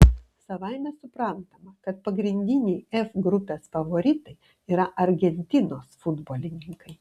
savaime suprantama kad pagrindiniai f grupės favoritai yra argentinos futbolininkai